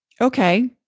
okay